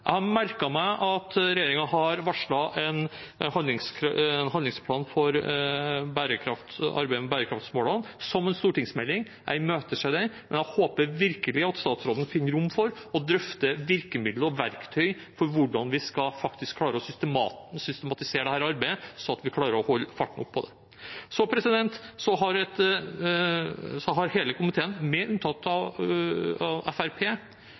Jeg har merket meg at regjeringen har varslet en handlingsplan – i form av en stortingsmelding – for arbeidet med bærekraftsmålene. Jeg imøteser den, men jeg håper virkelig at statsråden finner rom for å drøfte virkemidler og verktøy for hvordan vi skal klare å systematisere dette arbeidet, slik at vi klarer å holde farten oppe. Hele komiteen, med unntak av Fremskrittspartiet, har